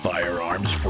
Firearms